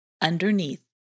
underneath